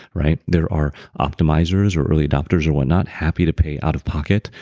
right? there are optimizers or early adopters or whatnot. happy to pay out of pocket.